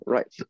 Right